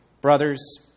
Brothers